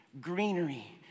Greenery